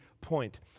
point